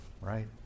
right